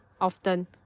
often